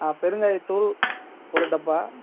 ஆ பெருங்காயத்தூள் ஒரு டப்பா